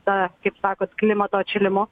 ta kaip sakot klimato atšilimo